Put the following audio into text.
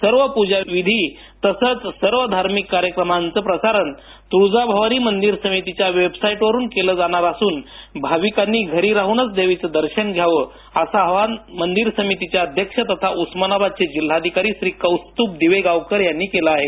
सर्व पुजाविधी तसेच सर्व धार्मिक कार्यक्रमांचं प्रसारण तुळजाभवानी मंदिर समितीच्या वेबसाइटवरून केल जाणार असून भाविकांनी घरी राहूनच देवीचे दर्शन घ्यावं असं आवाहन मंदिर समितीच्या वतीने मंदिर समितीचे अध्यक्ष आणि उस्मानाबादचे जिल्हाधिकारी कौस्तुभ दिवेगावकर यांनी केल आहे